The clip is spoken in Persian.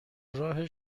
راه